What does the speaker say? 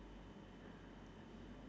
e